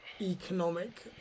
economic